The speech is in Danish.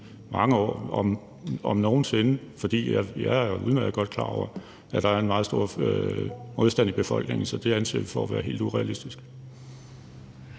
mange år – om nogen sinde. Jeg er udmærket godt klar over, at der er meget stor modstand i befolkningen, så det anser vi for at være helt urealistisk.